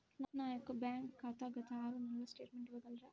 నా యొక్క బ్యాంక్ ఖాతా గత ఆరు నెలల స్టేట్మెంట్ ఇవ్వగలరా?